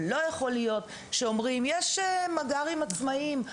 אבל לא יכול להיות שאומרים: ״יש מג״רים עצמאים,